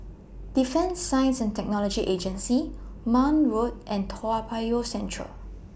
Defence Science and Technology Agency Marne Road and Toa Payoh Central